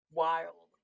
wild